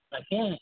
তাকে